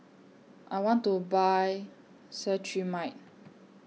I want to Buy Cetrimide